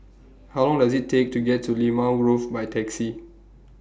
How Long Does IT Take to get to Limau Grove By Taxi